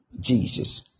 Jesus